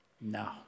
No